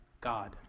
God